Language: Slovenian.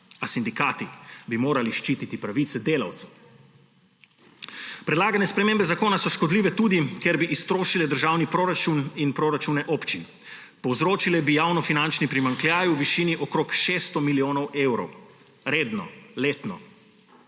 A sindikati bi morali ščititi pravice delavcev. Predlagane spremembe zakona so škodljive tudi, ker bi iztrošile državni proračun in proračune občin. Povzročile bi javnofinančni primanjkljaj v višini okrog 600 milijonov evrov, redno, letno.